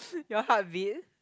your heartbeat